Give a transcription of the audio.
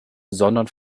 sondern